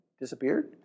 disappeared